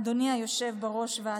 אדוני היושב-ראש ואטורי.